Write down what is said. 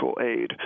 aid